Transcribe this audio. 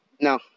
No